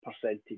percentage